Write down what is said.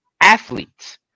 athletes